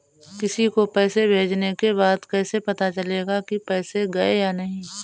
किसी को पैसे भेजने के बाद कैसे पता चलेगा कि पैसे गए या नहीं?